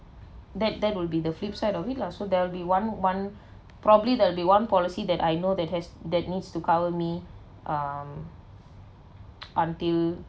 that that will be the flip side of it lah so there will be one one probably there will be one policy that I know that has that needs to cover me um until